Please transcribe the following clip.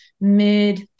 mid